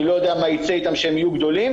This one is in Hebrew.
אני לא יודע מה יצא איתם כשהם יהיו גדולים,